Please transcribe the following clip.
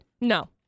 No